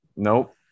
Nope